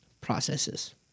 processes